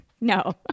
no